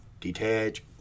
detach